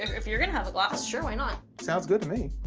if you're gonna have a glass, sure, why not? sounds good to me.